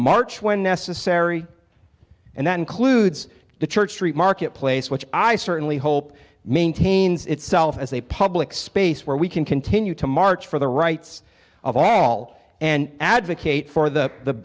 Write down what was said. march when necessary and that includes the church street market place which i certainly hope maintains itself as a public space where we can continue to march for the rights of all and advocate for the